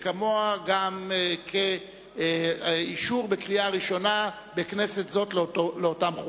שכמוה כאישור בקריאה ראשונה בכנסת הזאת לאותם חוקים.